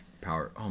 power